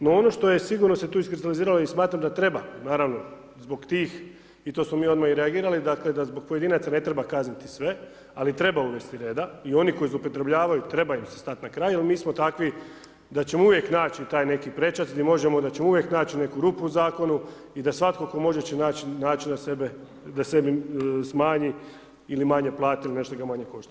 No, ono što je sigurno, se tu iskristaliziralo i smatram da treba, naravno, zbog tih, i to smo mi odmah i reagirali, dakle, da zbog pojedinaca ne treba kazniti sve, ali treba uvesti reda i oni koji zloupotrebljavaju, treba im se stat na kraj, jer mi smo takvi, da ćemo uvijek naći taj neki prečac, gdi možemo, da ćemo uvijek nać' neku rupu u Zakonu i da svatko tko može će naći načina sebe, da sebi smanji ili manje plati, ili nešto ga manje košta.